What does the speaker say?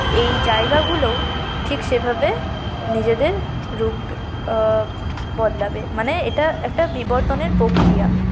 এই জায়গাগুলোও ঠিক সেভাবে নিজেদের রূপ বদলাবে মানে এটা একটা বিবর্তনের প্রক্রিয়া